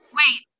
wait